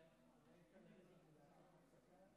על צ'רנוביל ומטרו.